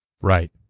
Right